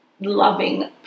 loving